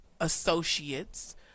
associates